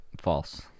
False